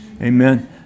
Amen